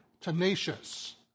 tenacious